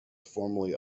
formerly